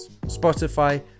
spotify